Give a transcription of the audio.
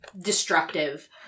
destructive